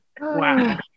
wow